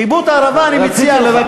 חיבוט ערבה, אני מציע לך,